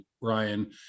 Ryan